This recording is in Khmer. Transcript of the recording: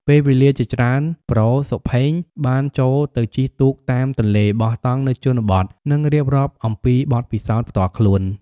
ពេលវេលាជាច្រើន ប្រូ សុផេង បានចូលទៅជិះទូកតាមទន្លេ បោះតង់នៅជនបទ និងរៀបរាប់អំពីបទពិសោធន៍ផ្ទាល់ខ្លួន។